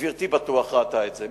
גברתי בטוח ראתה את זה.